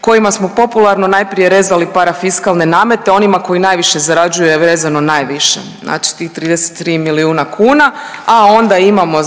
kojima smo popularno rezali parafiskalne namete onima koji najviše zarađuju je vezano najviše znači tih 33 milijuna kuna, a onda imamo